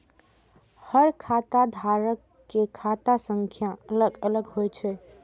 हर खाता धारक के खाता संख्या अलग अलग होइ छै